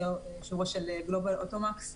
יושב-ראש גלובל אוטו מקס.